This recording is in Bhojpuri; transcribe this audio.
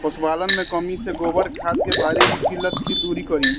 पशुपालन मे कमी से गोबर खाद के भारी किल्लत के दुरी करी?